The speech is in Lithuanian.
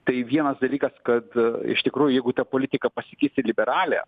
tai vienas dalykas kad iš tikrųjų jeigu ta politika pasikeis į liberalią